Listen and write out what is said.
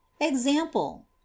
example